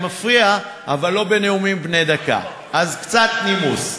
אני מפריע, אבל לא בנאומים בני דקה, אז קצת נימוס.